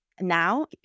now